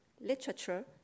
literature